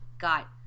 got